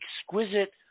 exquisite